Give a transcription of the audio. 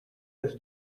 his